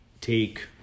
take